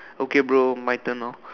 okay bro my turn now